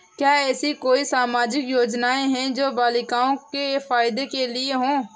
क्या ऐसी कोई सामाजिक योजनाएँ हैं जो बालिकाओं के फ़ायदे के लिए हों?